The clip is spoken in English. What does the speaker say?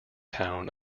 town